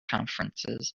conferences